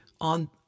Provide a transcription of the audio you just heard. on